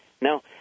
Now